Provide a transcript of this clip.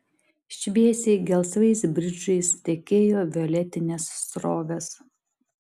šviesiai gelsvais bridžais tekėjo violetinės srovės